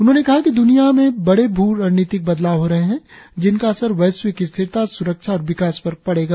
उन्होंने कहा कि द्निया में बड़े भू रणनीतिक बदलाव हो रहे हैं जिनका असर वैश्विक स्थिरता सुरक्षा और विकास पर पड़ेगा